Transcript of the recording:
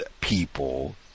people